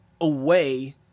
away